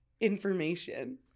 information